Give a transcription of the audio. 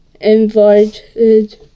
invited